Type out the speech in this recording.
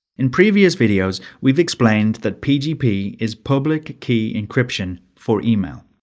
in previous videos, we've explained that pgp is public key encryption, for email.